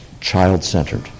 child-centered